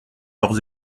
leurs